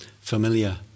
familiar